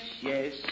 yes